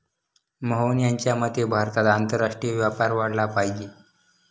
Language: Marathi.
मोहन यांच्या मते भारतात आंतरराष्ट्रीय व्यापार वाढला पाहिजे